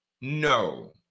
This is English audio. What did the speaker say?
no